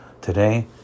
Today